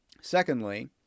secondly